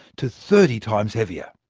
to thirty times heavier.